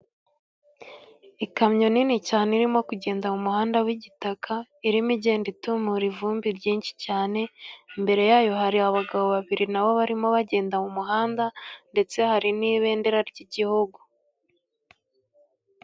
Ikamyo nini cyane irimo kugenda mu muhanda w'igitaka, irimo igenda itumura ivumbi ryinshi cyane, imbere yayo hari abagabo babiri, nabo barimo bagenda mu muhanda, ndetse hari n'ibendera ry'igihugu.